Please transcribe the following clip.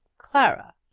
clara!